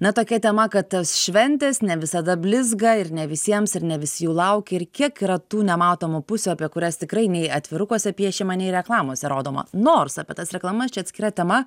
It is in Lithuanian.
na tokia tema kad tos šventės ne visada blizga ir ne visiems ir ne visi jų laukia ir kiek yra tų nematomų pusių apie kurias tikrai nei atvirukuose piešiama nei reklamose rodoma nors apie tas reklamas čia atskira tema